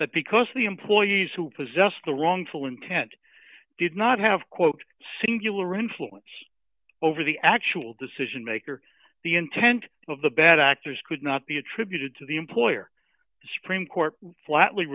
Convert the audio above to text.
that because the employees who possessed the wrongful intent did not have quote singular influence over the actual decision maker the intent of the bad actors could not be attributed to the employer supreme court flat